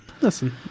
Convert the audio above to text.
Listen